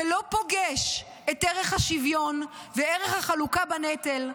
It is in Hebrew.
זה לא פוגש את ערך השוויון וערך החלוקה בנטל,